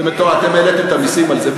אתם העליתם את המסים על זה.